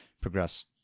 progress